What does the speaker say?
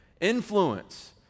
Influence